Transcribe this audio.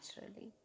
naturally